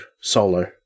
solo